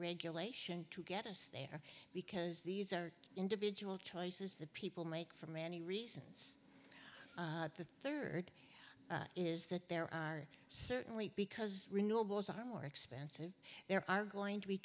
regulation to get us there because these are individual choices that people make for many reasons the rd is that there are certainly because renewables are more expensive there are going to be